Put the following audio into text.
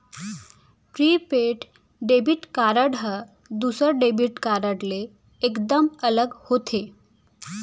prepaid debit card ह दूसर debit card ले एकदम अलग होथे